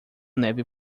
neve